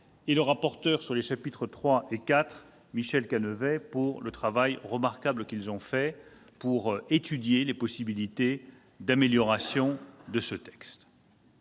et le rapporteur sur les chapitres III et IV, Michel Canevet, pour le travail remarquable qu'ils ont réalisé afin d'étudier les possibilités d'amélioration du texte.